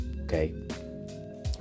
okay